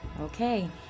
Okay